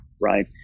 Right